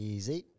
Easy